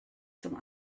zum